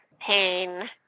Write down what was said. pain